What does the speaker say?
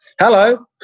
Hello